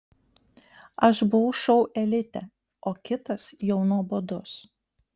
aš buvau šou elite o kitas jau nuobodus